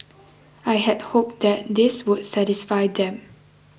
I had hoped that this would satisfy them